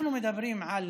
אנחנו מדברים על